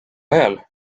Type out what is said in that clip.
ajal